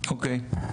אוקיי.